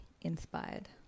inspired